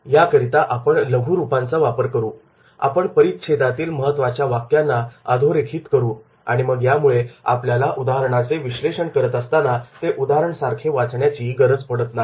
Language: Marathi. याकरिता आपण लघुरूपंचा वापर करू आपण परिच्छेदातील महत्त्वाच्या वाक्यांना अधोरेखित करू आणि मग यामुळे आपल्याला उदाहरणाचे विश्लेषण करत असताना ते उदाहरणसारखे वाचण्याची गरज पडत नाही